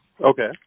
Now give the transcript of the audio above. okay